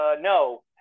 No